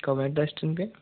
कब है टेस्ट इनके